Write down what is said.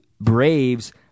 Braves